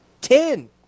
Ten